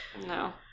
No